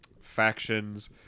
factions